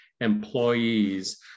employees